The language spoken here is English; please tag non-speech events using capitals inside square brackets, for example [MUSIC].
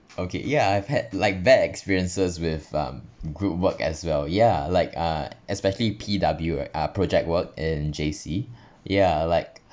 okay [NOISE] yeah I've had like bad experiences with um group work as well ya like uh especially P_W eh project work in J_C ya like